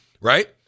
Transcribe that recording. right